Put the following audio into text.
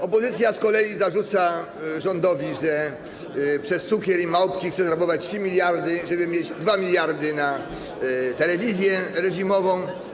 Opozycja zarzuca rządowi, że przez cukier i małpki chce zrabować 3 mld, żeby mieć 2 mld na telewizję reżimową.